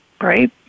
Right